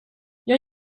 jag